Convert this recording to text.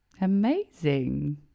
Amazing